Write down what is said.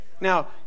Now